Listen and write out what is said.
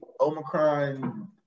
Omicron